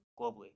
globally